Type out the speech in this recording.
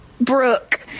Brooke